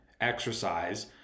exercise